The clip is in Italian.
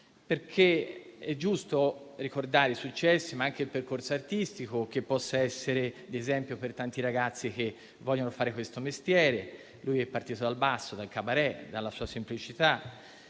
Nuti. È giusto ricordarne i successi e il percorso artistico, che può essere di esempio per tanti ragazzi che vogliono fare questo mestiere - Nuti è partito dal basso, dal cabaret e dalla sua semplicità